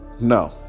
no